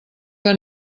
que